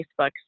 Facebook